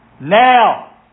Now